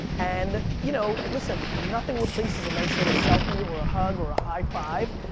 and, you know, listen, nothing replaces a nice little selfie, or a hug, or a high-five.